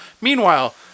meanwhile